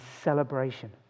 celebration